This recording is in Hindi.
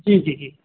जी जी जी